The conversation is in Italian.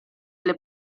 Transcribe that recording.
alle